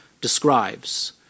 describes